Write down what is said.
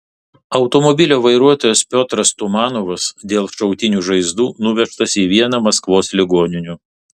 automobilio vairuotojas piotras tumanovas dėl šautinių žaizdų nuvežtas į vieną maskvos ligoninių